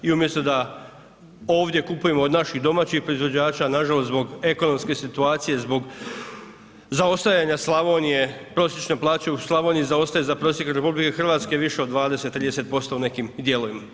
I umjesto da ovdje kupujemo od naših domaćih proizvođača, na žalost zbog ekonomske situacije, zbog zaostajanja Slavonije prosječne plaće u Slavoniji zaostaje za prosjekom Republike Hrvatske više od 20, 30% u nekim dijelovima.